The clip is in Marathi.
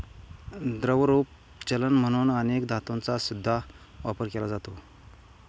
द्रवरूप चलन म्हणून अनेक धातूंचा सुद्धा वापर केला जातो